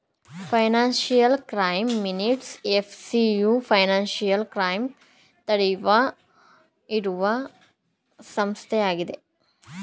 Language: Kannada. financial crime minutes FCU financial crime ತಡೆಯುವ ಇರುವ ಸಂಸ್ಥೆಯಾಗಿದೆ